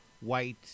white